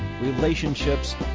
relationships